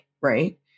right